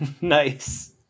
Nice